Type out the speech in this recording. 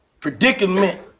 predicament